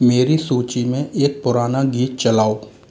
मेरी सूची में एक पुराना गीत चलाओ